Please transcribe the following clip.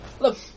Look